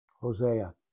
Hosea